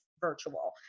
virtual